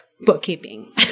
bookkeeping